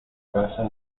casa